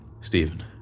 Stephen